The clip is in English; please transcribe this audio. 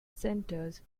centres